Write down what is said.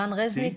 רן רזניק,